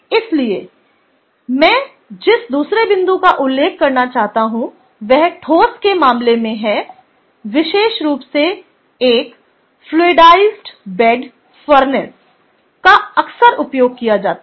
इसलिए यहां मैं जिस दूसरे बिंदु का उल्लेख करना चाहता हूं वह ठोस के मामले में है विशेष रूप से एक फ्लूइडाइसड बेड फर्नेस का अक्सर उपयोग किया जाता है